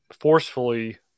forcefully